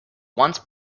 once